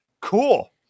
cool